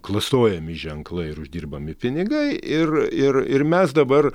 klastojami ženklai ir uždirbami pinigai ir ir ir mes dabar